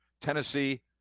tennessee